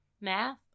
Math